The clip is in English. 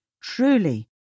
Truly